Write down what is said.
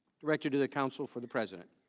directed to the counsel for the president.